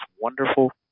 wonderful